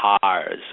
cars